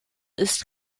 ist